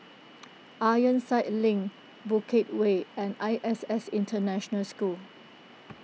Ironside Link Bukit Way and I S S International School